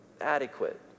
Adequate